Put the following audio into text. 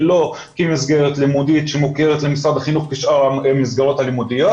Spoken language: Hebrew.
ולא כמסגרת לימודית שהיא מסגרת של משרד החינוך כשאר המסגרות הלימודיות,